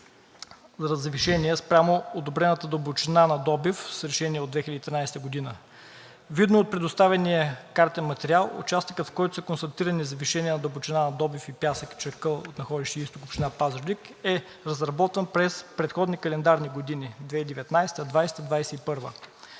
– завишения спрямо одобрената дълбочина на добив с решение от 2013 г. Видно от предоставения картен материал, участъкът, в който се констатирани завишения на дълбочина на добив и пясък, чакъл в находище „Изток“, община Пазарджик, е разработван през предходни календарни години 2019 г., 2020 г., 2021